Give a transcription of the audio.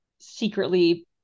secretly